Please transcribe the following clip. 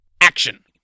action